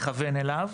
לכוון אליו,